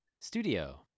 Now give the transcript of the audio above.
Studio